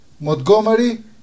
Montgomery